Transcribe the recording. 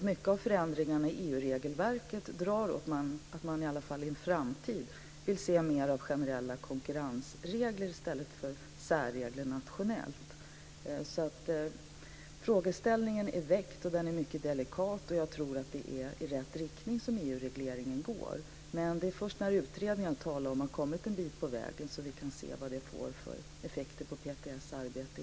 Mycket av förändringarna i EU-regelverket drar åt ett sådant håll att man i alla fall i en framtid vill se mer av generella konkurrensregler i stället för särregler nationellt. Frågeställningen är väckt, och den är mycket delikat, och jag tror att EU-regleringen går i rätt riktning. Men det är först när den utredning som jag talade om har kommit en bit på väg som vi kan se vad det får för effekter på PTS arbete.